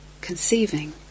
conceiving